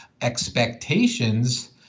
expectations